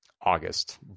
August